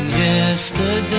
yesterday